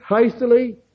hastily